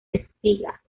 espiga